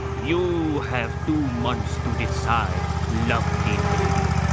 you have two months to decide, lovely lady.